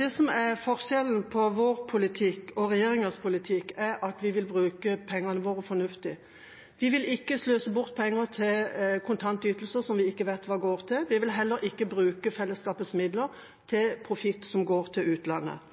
Det som er forskjellen på vår politikk og regjeringas politikk, er at vi vil bruke pengene våre fornuftig. Vi vil ikke sløse bort pengene på kontantytelser som vi ikke vet hva går til. Vi vil heller ikke bruke fellesskapets midler til profitt som går til utlandet.